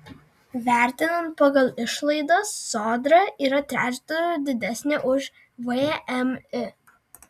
vertinant pagal išlaidas sodra yra trečdaliu didesnė už vmi